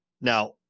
Now